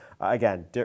again